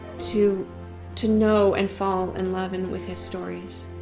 to to know and fall in love and with his stories.